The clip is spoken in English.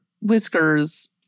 Whiskers